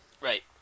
Right